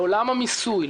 לעולם המיסוי,